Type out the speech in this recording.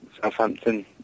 Southampton